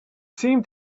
seemed